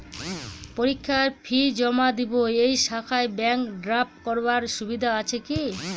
পরীক্ষার ফি জমা দিব এই শাখায় ব্যাংক ড্রাফট করার সুবিধা আছে কি?